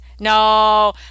No